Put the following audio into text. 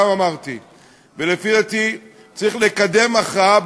וארבעתיים ישלם.